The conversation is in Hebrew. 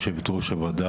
יושבת-ראש הוועדה,